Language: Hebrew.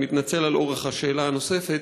אני מתנצל על אורך השאלה הנוספת,